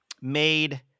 made